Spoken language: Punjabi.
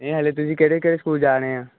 ਇਹ ਹਾਲੇ ਤੁਸੀਂ ਕਿਹੜੇ ਕਿਹੜੇ ਸਕੂਲ ਜਾਣੇ ਆ